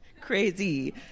Crazy